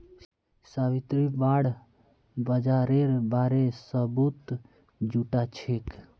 Savitri bond बाजारेर बारे सबूत जुटाछेक